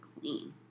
clean